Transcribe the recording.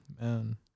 man